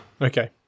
Okay